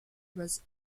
was